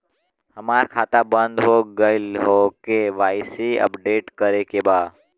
हमार खाता बंद हो गईल ह के.वाइ.सी अपडेट करे के बा?